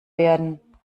werden